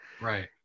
right